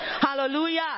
Hallelujah